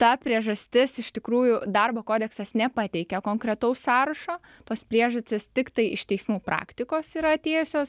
ta priežastis iš tikrųjų darbo kodeksas nepateikia konkretaus sąrašo tos priežastys tiktai iš teismų praktikos yra atėjusios